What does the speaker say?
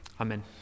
Amen